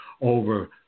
over